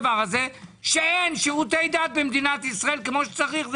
שאין שירותי דת במדינת ישראל כמו שצריך.